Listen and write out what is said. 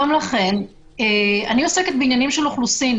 אני עוסקת בעניין אוכלוסין,